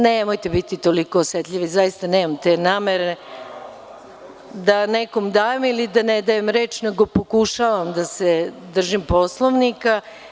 Nemojte biti toliko osetljivi, zaista nemam te namere da nekome dajem ili ne dajem reč, nego pokušavam da se držim Poslovnika.